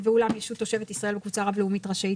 "ואולם ישות תושבת ישראל או קבוצה רב-לאומית רשאית